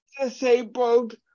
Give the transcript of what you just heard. disabled